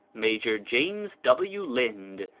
major james w. lynd,